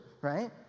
right